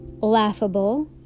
laughable